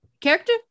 character